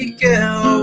girl